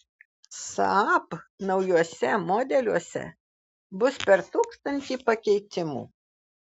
saab naujuose modeliuose bus per tūkstantį pakeitimų